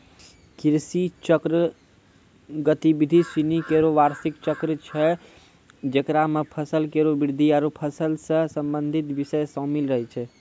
कृषि चक्र गतिविधि सिनी केरो बार्षिक चक्र छै जेकरा म फसल केरो वृद्धि आरु फसल सें संबंधित बिषय शामिल रहै छै